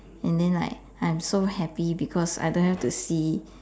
and then I'm so happy because I don't have to see